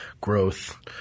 growth